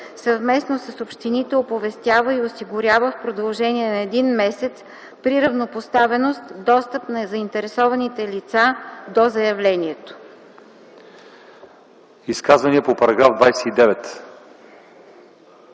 съвместно с общините оповестява и осигурява в продължение на един месец при равнопоставеност достъп на заинтересованите лица до заявлението.”